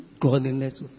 godliness